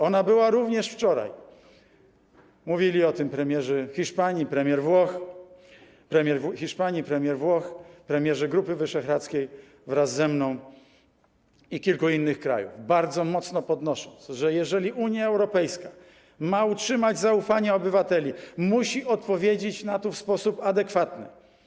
Ona była również wczoraj, mówili o tym premier Hiszpanii i premier Włoch, premierzy Grupy Wyszehradzkiej, wraz ze mną, i kilku innych krajów, bardzo mocno podnosząc, że jeżeli Unia Europejska ma utrzymać zaufanie obywateli, musi odpowiedzieć na to w sposób adekwatny.